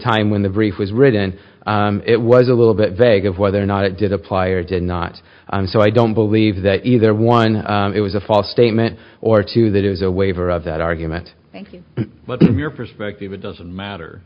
time when the brief was written it was a little bit vague of whether or not it did apply or did not so i don't believe that either one it was a false statement or two that it was a waiver of that argument thank your perspective it doesn't matter